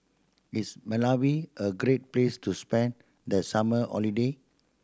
is Malawi a great place to spend the summer holiday